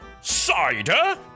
Cider